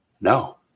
no